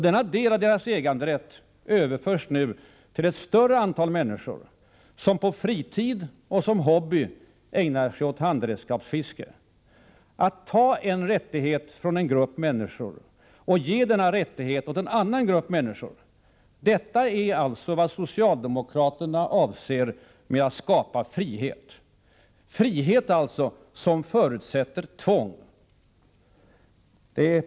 Denna del av deras äganderätt överförs nu till ett större antal människor, vilka på fritiden och som hobby ägnar sig åt handredskapsfiske. Att ta en rättighet från en grupp människor och ge denna rättighet åt en annan grupp människor är alltså vad socialdemokraterna avser med att skapa frihet. Det är frihet som förutsätter tvång.